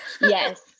yes